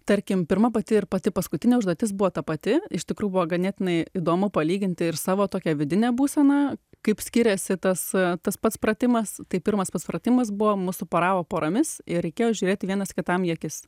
tarkim pirma pati ir pati paskutinė užduotis buvo ta pati iš tikrųjų buvo ganėtinai įdomu palyginti ir savo tokią vidinę būseną kaip skiriasi tas tas pats pratimas tai pirmas pats pratimas buvo mus suporavo poromis ir reikėjo žiūrėti vienas kitam į akis